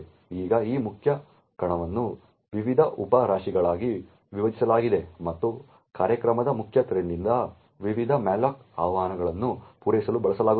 ಈಗ ಈ ಮುಖ್ಯ ಕಣವನ್ನು ವಿವಿಧ ಉಪ ರಾಶಿಗಳಾಗಿ ವಿಭಜಿಸಲಾಗಿದೆ ಮತ್ತು ಕಾರ್ಯಕ್ರಮದ ಮುಖ್ಯ ಥ್ರೆಡ್ನಿಂದ ವಿವಿಧ ಮ್ಯಾಲೋಕ್ ಆಹ್ವಾನಗಳನ್ನು ಪೂರೈಸಲು ಬಳಸಲಾಗುತ್ತದೆ